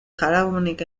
jaramonik